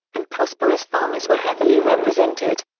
and prosperous farmers were heavily represented.